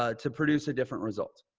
ah to produce a different result.